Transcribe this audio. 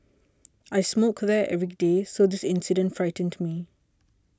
I smoke there every day so this incident frightened me